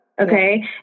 Okay